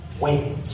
wait